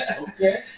Okay